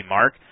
Mark